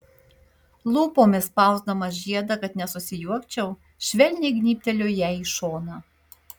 lūpomis spausdamas žiedą kad nesusijuokčiau švelniai gnybteliu jai į šoną